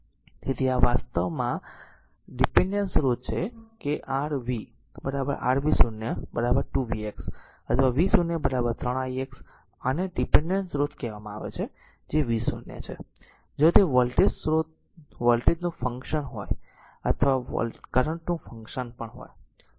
તેથી આ વાસ્તવમાં ડીપેન્ડેન્ટ સ્રોત છે કે r v r v 0 2 v x અથવા v 0 3 i x આને ડીપેન્ડેન્ટ સ્રોત કહેવામાં આવે છે જે v 0 છે જો તે વોલ્ટેજ નું ફંક્શન હોય અથવા કરંટ નું ફંક્શન પણ હોય